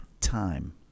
time